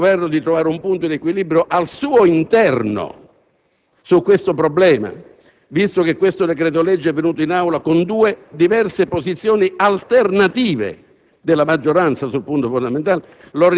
Questo riguarda le pensioni, la politica sociale, la finanziaria, la politica estera e quindi anche il decreto di cui lei è sostanzialmente il protagonista principale. Le due filosofie di fondo